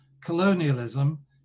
colonialism